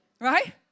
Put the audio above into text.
right